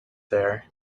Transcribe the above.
there